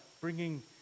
bringing